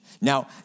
Now